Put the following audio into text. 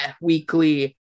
weekly